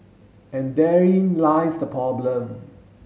and therein lies the problem